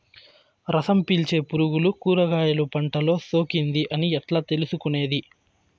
రసం పీల్చే పులుగులు కూరగాయలు పంటలో సోకింది అని ఎట్లా తెలుసుకునేది?